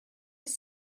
with